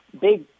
big